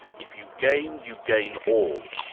if you gain, you gain all.